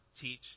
Teach